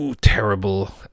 terrible